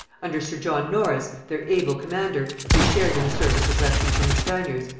under sir john norris, their able commander, they shared in the service of wresting from the spaniards,